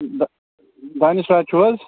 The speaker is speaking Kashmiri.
د دانِش راج چھُو حظ